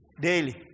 Daily